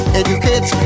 educate